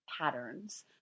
Patterns